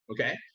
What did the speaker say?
okay